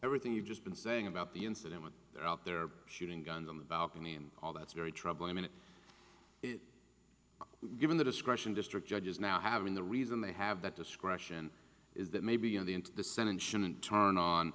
everything you've just been saying about the incident when they're out there shooting guns on the balcony and all that's very troubling it given the discretion district judges now having the reason they have that discretion is that maybe in the into the senate